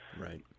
Right